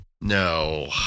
No